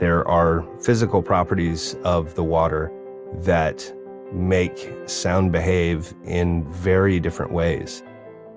there are physical properties of the water that make sound behave in very different ways